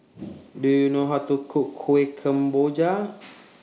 Do YOU know How to Cook Kuih Kemboja